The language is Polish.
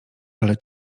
ale